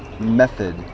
method